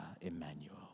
Emmanuel